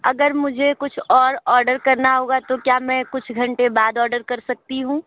अगर मुझे कुछ और ऑर्डर करना होगा तो क्या मैं कुछ घंटे बाद ऑर्डर कर सकती हूँ